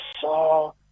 saw